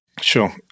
Sure